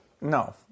No